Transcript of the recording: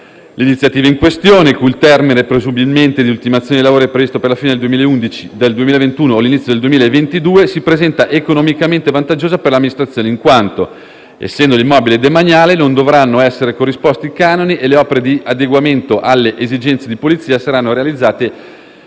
L'iniziativa in questione, il cui termine presumibile di ultimazione dei lavori è previsto per la fine del 2021 o l'inizio del 2022, si presenta economicamente vantaggiosa per l'amministrazione, in quanto, essendo l'immobile demaniale, non dovranno essere corrisposti canoni e le opere di adeguamento alle esigenze di Polizia saranno realizzate